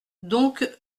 donc